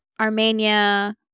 Armenia